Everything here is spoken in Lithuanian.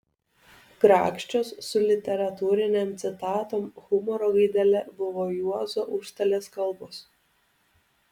grakščios su literatūrinėm citatom humoro gaidele buvo juozo užstalės kalbos